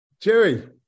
Jerry